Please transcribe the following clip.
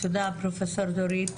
תודה, פרופסור דורית.